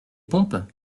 pompes